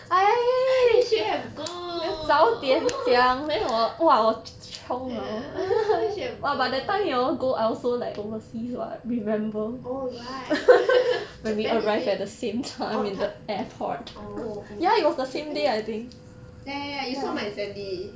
you should have gone ya you should have go oh right japan is it oh oh oh ya japan right ya ya ya you saw my family